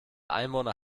einwohner